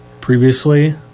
previously